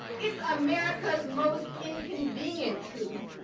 it's america's most inconvenient truth.